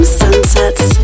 sunsets